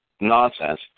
nonsense